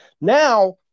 Now